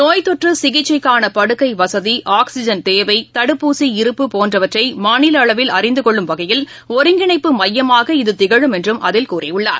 நோய் தொற்றுசிகிச்சைக்கானபடுக்கைவசதி ஆக்சிஜன் தேவை தடுப்பூசி இருப்பு போன்றவற்றைமாநிலஅளவில் அறிந்துகொள்ளும் வகையில் ஒருங்கிணைப்பு மையமாக இது திகழும் என்றும் அதில் கூறியுள்ளார்